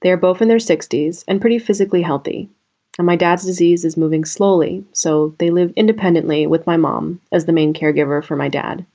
they're both in their sixty s and pretty physically healthy from my dad's disease is moving slowly so they live independently with my mom as the main caregiver for my dad